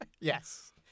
Yes